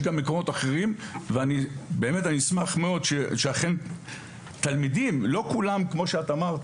יש גם מקומות אחרים ואכן לא כולם - כמו שאמרה